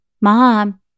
Mom